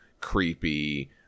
creepy